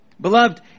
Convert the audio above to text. Beloved